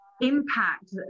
Impact